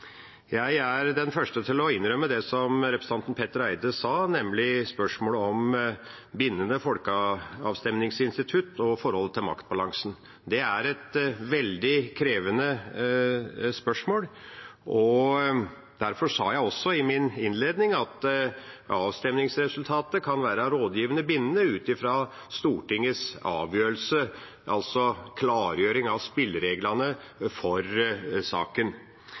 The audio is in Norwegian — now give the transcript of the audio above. Jeg er den første til å innrømme det som representanten Petter Eide sa, nemlig at spørsmålet om et bindende folkeavstemningsinstitutt og forholdet til maktbalansen er et veldig krevende spørsmål. Derfor sa jeg også i min innledning at avstemningsresultatet kan være rådgivende bindende ut fra Stortingets avgjørelse, altså en klargjøring av spillereglene for saken.